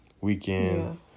weekend